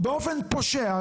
באופן פושע,